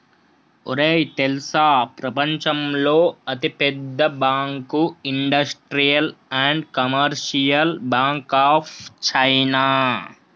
ఒరేయ్ తెల్సా ప్రపంచంలో అతి పెద్ద bank industrial and commercial bank of China